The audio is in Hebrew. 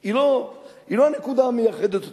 היא לא הנקודה המייחדת אותנו.